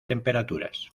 temperaturas